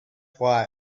why